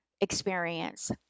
experience